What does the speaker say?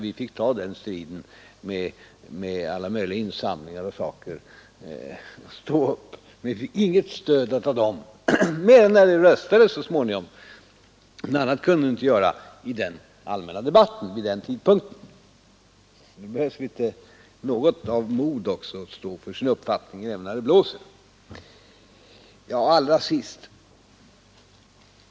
Vi fick ta den striden själva och fick inget stöd, mer än när det blev omröstning så småningom. Något annat kunde ni inte göra i den allmänna debatten vid den tidpunkten. Det behövs något av mod att stå för sin uppfattning även när det blåser.